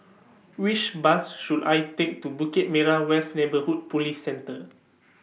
Which Bus should I Take to Bukit Merah West Neighbourhood Police Centre